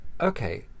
okay